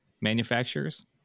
manufacturers